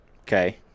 Okay